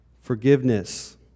forgiveness